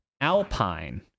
alpine